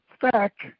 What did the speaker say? fact